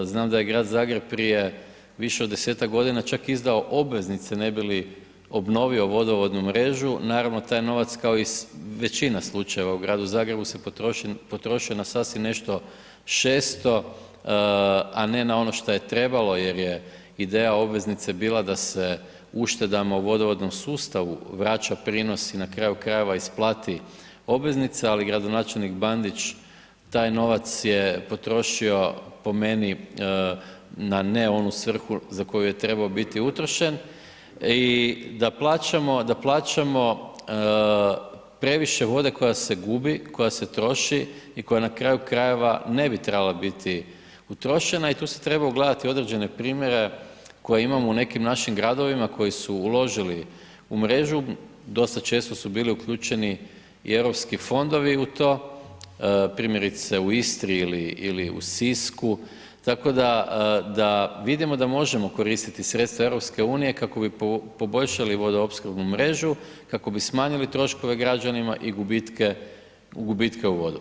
Znam da je Grad Zagreb prije više od 10-tak godina čak izdao obveznice ne bi li obnovio vodovodnu mrežu, naravno, taj novac, kao i većina slučajeva u Gradu Zagrebu se potrošio na sasvim nešto šesto, a ne na ono šta je trebalo jer je ideja obveznice bila da se uštedama u vodovodnom sustavu vraća prinosi na kraju krajeva isplati obveznice, ali gradonačelnik Bandić taj novac je potrošio po meni na ne onu svrhu za koju je trebao biti utrošen i da plaćamo previše vode koja se gubi, koja se troši i koja na kraju krajeva ne bi trebala biti utrošena i tu se trebaju gledati određene primjere koje imamo u nekim našim gradovima koji su uložili u mrežu, dosta često su bili uključeni i Europski fondovi u to, primjerice u Istri ili u Sisku, tako da vidimo da možemo koristiti sredstva EU kako bi poboljšali vodoopskrbnu mrežu, kako bi smanjili troškove građanima u gubitke u vodu.